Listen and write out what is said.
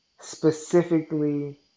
specifically